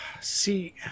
See